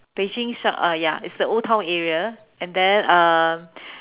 Beijing sh~ uh ya it's the old town area and then um